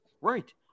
Right